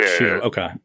Okay